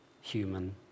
human